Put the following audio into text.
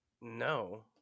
No